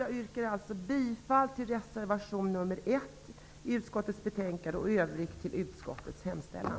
Jag yrkar bifall till reservation nr 1 i utskottets betänkande och i övrigt till utskottets hemställan.